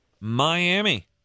miami